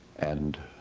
and